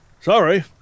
Sorry